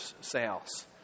sales